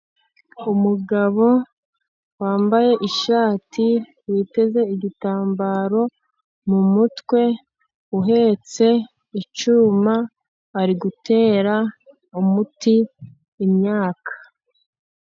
Umugabo wambaye ishati, witeze igitambaro mu mutwe, uhetse icyuma, ari gutera umuti imyaka.